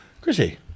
Chrissy